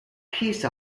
peace